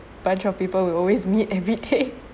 bunch of people will always meet everyday